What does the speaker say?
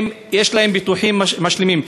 יש להם ביטוחים משלימים.